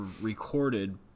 recorded